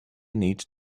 need